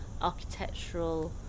architectural